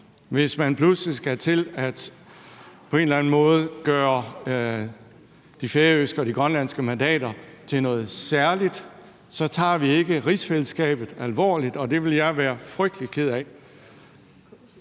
anden måde skal til at gøre de færøske og de grønlandske mandater til noget særligt, tager vi ikke rigsfællesskabet alvorligt, og det ville jeg være frygtelig ked af.